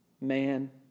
Man